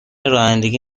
رانندگی